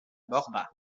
borda